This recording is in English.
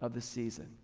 of the season.